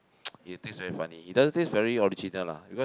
it taste very funny it doesn't taste very original lah because